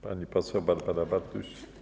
Pani poseł Barbara Bartuś.